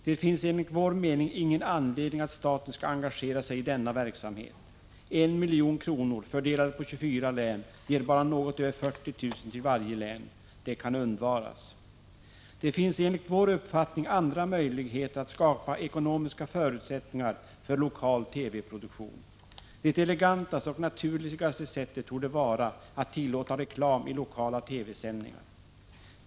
Det finns enligt vår mening ingen anledning att staten skall engagera sig i denna verksamhet. Ett belopp om 1 milj.kr. fördelat på 24 län ger bara något över 40 000 till varje län. Det kan undvaras. Det finns enligt vår uppfattning andra möjligheter att skapa ekonomiska förutsättningar för lokal TV-produktion. Det elegantaste och naturligaste sättet torde vara att tillåta reklam i lokala TV-sändningar.